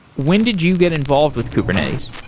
when did you get involved with kubernetes?